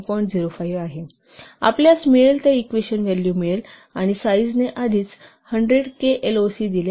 05 आहे आपल्यास त्या इक्वेशन व्हॅल्यू मिळेल आणि साईजने आधीच 100 केएलओसि दिले आहे